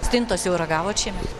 stintos jau ragavot šiemet